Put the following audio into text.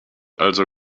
also